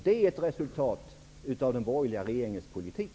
Det är ett resultat av den borgerliga regeringens politik.